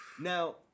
Now